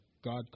God